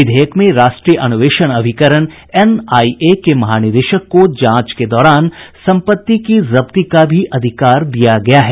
विधेयक में राष्ट्रीय अन्वेषण अभिकरण एनआईए के महानिदेशक को जांच के दौरान सम्पत्ति की जब्ती का अधिकार भी दिया गया है